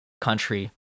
country